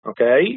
okay